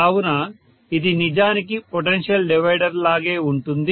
కావున ఇది నిజానికి పొటెన్షియల్ డివైడర్ లాగే ఉంటుంది